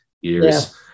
years